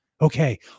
Okay